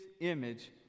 image